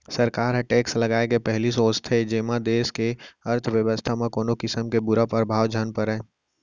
सरकार ह टेक्स लगाए ले पहिली सोचथे जेमा देस के अर्थबेवस्था म कोनो किसम के बुरा परभाव झन परय